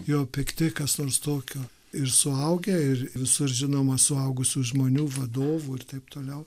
jo pikti kas nors tokio ir suaugę ir visur žinoma suaugusių žmonių vadovų ir taip toliau